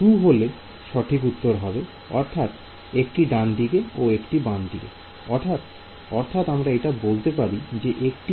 2 হল সঠিক উত্তর অর্থাৎ একটি ডানদিকে ও একটি বামদিকে